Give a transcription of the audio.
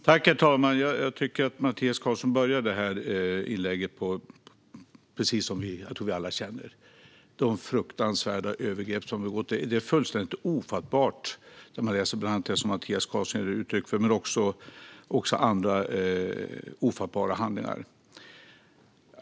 Herr talman! Mattias Karlsson började inlägget precis som vi alla känner när det gäller dessa och andra fruktansvärda och fullständigt ofattbara övergrepp.